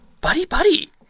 buddy-buddy